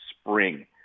spring